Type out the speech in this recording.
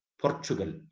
Portugal